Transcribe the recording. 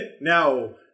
Now